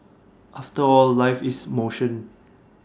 after all life is motion